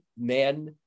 men